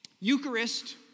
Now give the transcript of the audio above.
Eucharist